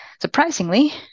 surprisingly